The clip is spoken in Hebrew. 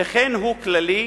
שכן הוא כללי,